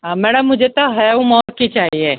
madam मुझे तो हेवमोर की चाहिए